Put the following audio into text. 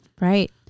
right